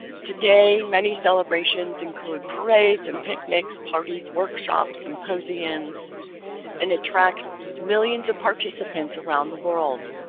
today many celebrations include parades, and picnics, parties, workshops, symposiums and attracts million of participants around the world.